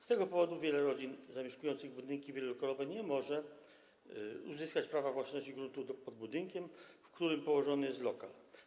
Z tego powodu wiele rodzin zamieszkujących budynki wielolokalowe nie może uzyskać prawa własności gruntu pod budynkiem, w którym położony jest lokal.